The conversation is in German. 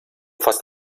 fast